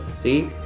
see,